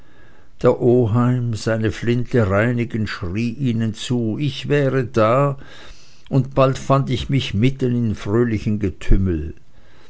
der oheim seine flinte reinigend schrie ihnen zu ich wäre da und bald fand ich mich mitten im fröhlichen getümmel